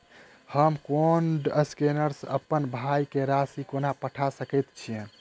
हम code scanner सँ अप्पन भाय केँ राशि कोना पठा सकैत छियैन?